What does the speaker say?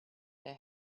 their